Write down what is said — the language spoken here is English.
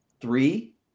three